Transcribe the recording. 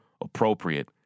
appropriate